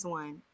one